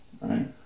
right